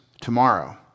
tomorrow